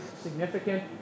significant